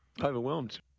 overwhelmed